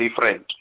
different